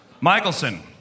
Michelson